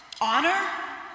Honor